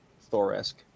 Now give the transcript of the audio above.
Thor-esque